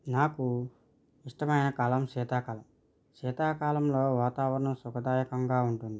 నాకు ఇష్టమైన కాలం శీతాకాలం శీతాకాలంలో వాతావరణ శుభదాయకంగా ఉంటుంది